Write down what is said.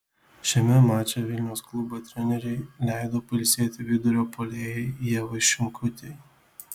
šiame mače vilniaus klubo trenerei leido pailsėti vidurio puolėjai ievai šimkutei